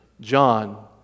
John